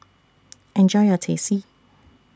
Enjoy your Teh C